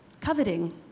coveting